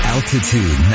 Altitude